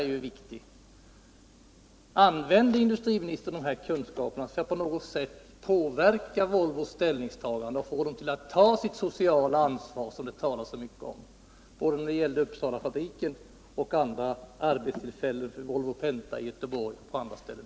Använde industriministern dessa kunskaper för att på något sätt påverka Volvos ställningstagande och få Volvo att ta sitt sociala ansvar, som det talas så mycket om, när det gäller Uppsalafabriken och arbetstillfällen vid Volvo Penta i Göteborg och på andra ställen?